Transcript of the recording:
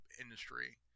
industry